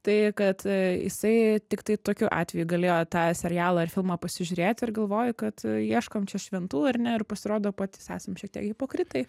tai kad jisai tiktai tokiu atveju galėjo tą serialą ar filmą pasižiūrėti ir galvoji kad ieškom čia šventų ar ne ir pasirodo patys esam šiek tiek hipokritai